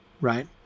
right